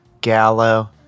Gallo